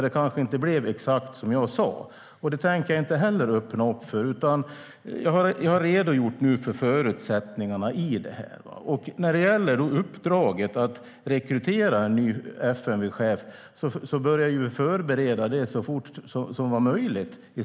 Det kanske inte blev exakt som jag sa. Det tänker jag inte öppna för. Jag har nu redogjort för förutsättningarna. När det gäller uppdraget att rekrytera en ny FMV-chef började vi förbereda det så fort som var möjligt.